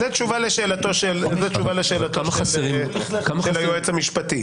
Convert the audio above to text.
זו תשובה לשאלתו של היועץ המשפטי.